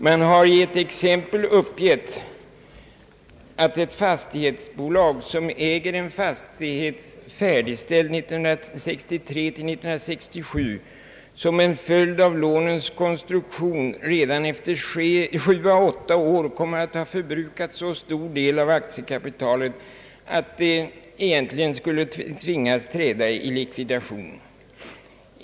Man har i ett exempel uppgivit att ett fastighetsbolag som äger en fastighet, färdigställd 1963—1967, som en följd av lånens konstruktion redan efter 7 å 8 år kommer att ha förbrukat så stor del av aktiekapitalet att det egentligen skulle tvingas träda i likvidation.